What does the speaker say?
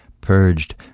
purged